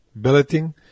billeting